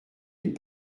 les